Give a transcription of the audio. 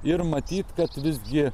ir matyt kad visgi